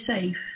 safe